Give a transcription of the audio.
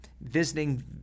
visiting